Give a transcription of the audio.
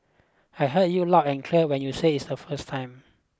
I heard you loud and clear when you said is the first time